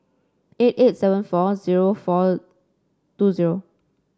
eight eight seven four zero four two zero